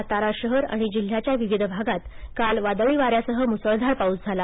सातारा शहर आणि जिल्ह्याच्या विविध भागात काल वादळी वाऱ्यासह मुसळधार पाऊस झाला